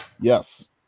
Yes